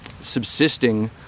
subsisting